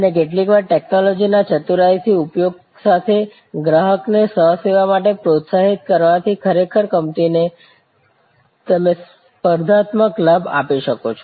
અને કેટલીકવાર ટેક્નોલોજીના ચતુરાઈથી ઉપયોગ સાથે ગ્રાહકને સ્વ સેવા માટે પ્રોત્સાહિત કરવાથી ખરેખર કંપની ને તમે સ્પર્ધાત્મક લાભ આપી શકો છો